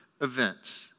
event